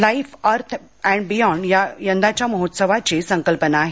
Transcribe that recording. life earth and beyond ही यंदाच्या महोत्सवाची संकल्पना आहे